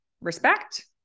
respect